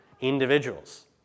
individuals